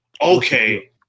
Okay